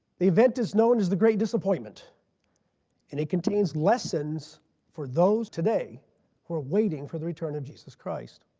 the event is known as the great disappointment and it contains lessons for those today who are waiting for the return of jesus christ.